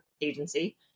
agency